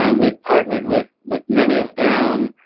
um we have partnered with with many of them.